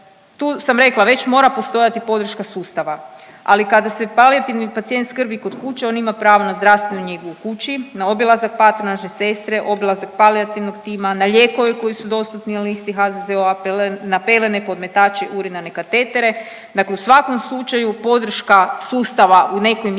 tu sam rekla, već mora postojati podrška sustava, ali kada se palijativni pacijent skrbi kod kuće on ima pravo na zdravstvenu njegu u kući, na obilazak patronažne sestre, obilazak palijativnog tima, na lijekove koji su dostupni na listi HZZO-a, na pelene, podmetače, urinarne katetere, dakle u svakom slučaju podrška sustava u nekoj mjeri